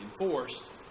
enforced